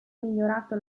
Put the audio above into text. migliorato